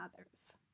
others